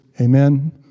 Amen